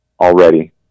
Already